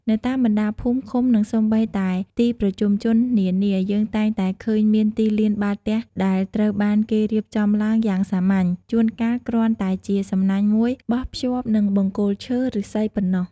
នៅតាមបណ្ដាភូមិ ឃុំ និងសូម្បីតែទីប្រជុំជននានា យើងតែងតែឃើញមានទីលានបាល់ទះដែលត្រូវបានគេរៀបចំឡើងយ៉ាងសាមញ្ញ ជួនកាលគ្រាន់តែជាសំណាញ់មួយបោះភ្ជាប់នឹងបង្គោលឈើ ឬស្សីប៉ុណ្ណោះ។